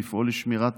לפעול לשמירת